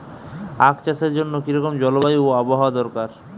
আখ চাষের জন্য কি রকম জলবায়ু ও আবহাওয়া দরকার?